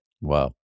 Wow